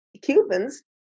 Cubans